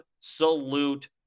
absolute